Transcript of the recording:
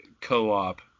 co-op